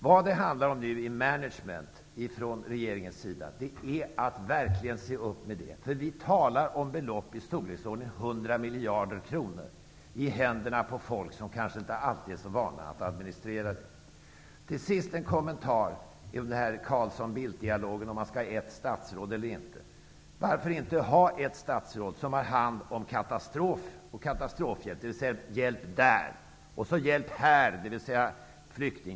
Vad det nu handlar om är ''management'' från regeringens sida. Det gäller att verkligen se upp. Vi talar om belopp i storleksordningen 100 miljarder kronor, i händerna på folk som inte alltid är så vana att administrera så mycket pengar. Till sist vill jag kommentera dialogen mellan Carlsson och Bildt, om det skall vara ett statsråd eller inte för invandrarpolitiken. Varför kan det inte vara ett statsråd som har hand om katastrofer och katastrofhjälp, både där och här, dvs.